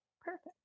Perfect